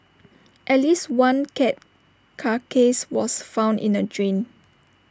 at least one cat carcass was found in A drain